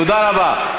תודה רבה.